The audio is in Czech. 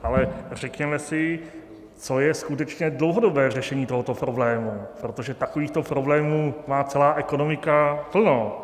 Ale řekněme si, co je skutečně dlouhodobé řešení tohoto problému, protože takovýchto problémů má celá ekonomika plno.